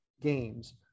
games